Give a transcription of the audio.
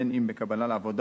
בין אם בקבלה לעבודה,